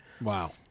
Wow